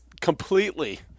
completely